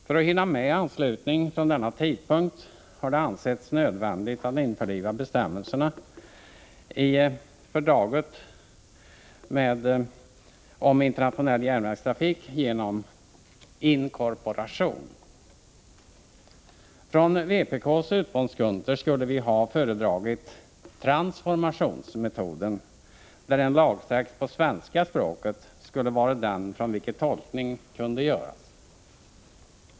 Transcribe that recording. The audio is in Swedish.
För att hinna med anslutning vid denna tidpunkt har det ansetts nödvändigt att genom inkorporation införliva bestämmelserna i fördraget om internationell järnvägstrafik. Från vpk:s utgångspunkter skulle vi ha föredragit transformationsmetoden, där en lagtext på svenska språket skulle vara den från vilken tolkning kunde göras.